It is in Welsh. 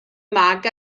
mag